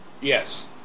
Yes